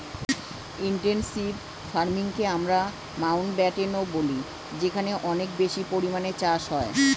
intensive ফার্মিংকে আমরা মাউন্টব্যাটেনও বলি যেখানে অনেক বেশি পরিমাণে চাষ হয়